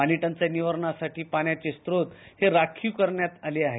पाणीटंचाई निवारणासाठी पाण्याचे स्त्रोत हे राखीव करण्यात आली आहेत